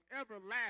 everlasting